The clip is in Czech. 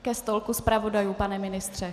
Ke stolku zpravodajů, pane ministře.